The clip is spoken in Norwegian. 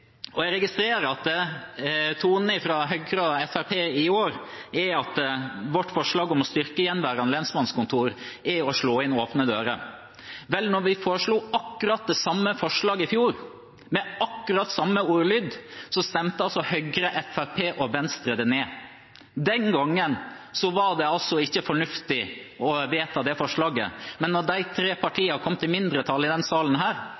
viktig. Jeg registrerer at tonen fra Høyre og Fremskrittspartiet i år er at vårt forslag om å styrke gjenværende lensmannskontor er å slå inn åpne dører. Vel, da vi foreslo akkurat det samme i fjor, med akkurat samme ordlyd, stemte Høyre, Fremskrittspartiet og Venstre det ned. Den gangen var det ikke fornuftig å vedta det forslaget, men når de tre partiene har kommet i mindretall i denne salen,